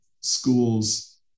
schools